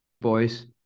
boys